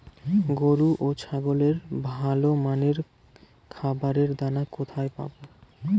গরু ও ছাগলের ভালো মানের খাবারের দানা কোথায় পাবো?